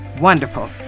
Wonderful